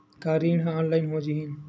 का ऋण ह ऑनलाइन हो जाही?